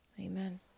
Amen